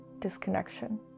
disconnection